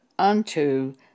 Unto